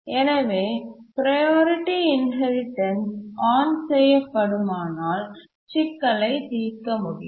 எனவே priority inheritance on செய்யப்படுமானால் சிக்கலை தீர்க்க முடியும்